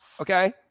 Okay